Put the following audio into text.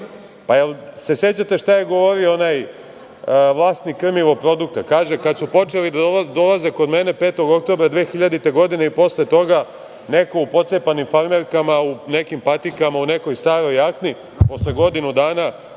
Jel se sećate šta je govorio onaj vlasnik "Krmivo produkta"? Kaže - kad su počeli da dolaze kod mene 5. oktobra 2000. godine, neko u pocepanim farmerkama, u nekim patikama, u nekoj staroj jakni, a posle godinu dana,